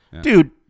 Dude